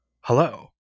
Hello